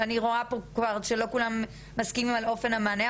אני רואה פה כבר שלא כולם מסכימים על אופן המענה,